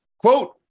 Quote